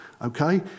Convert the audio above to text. Okay